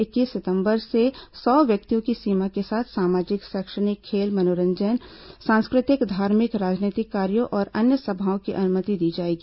इक्कीस सितंबर से सौ व्यक्तियों की सीमा के साथ सामाजिक शैक्षणिक खेल मनोरंजन सांस्कृतिक धार्मिक राजनीतिक कार्यों और अन्य सभाओं की अनुमति दी जाएगी